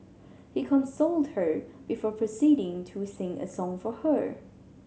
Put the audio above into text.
he consoled her before proceeding to sing a song for her